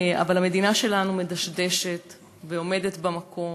אבל המדינה שלנו מדשדשת ועומדת במקום,